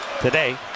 today